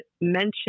mention